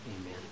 amen